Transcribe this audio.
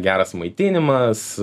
geras maitinimas